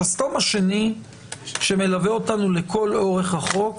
השסתום השני שמלווה אותנו לכל אורך החוק,